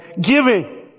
giving